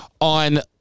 on